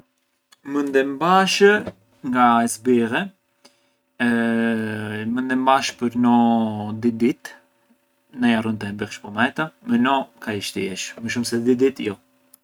Mënd e mbash nga e zbylle, mënd e mbash për no dy ditë, nga jarrën të e mbyllsh pometa, më no ka e shtiesh, më shumë se dy ditë jo.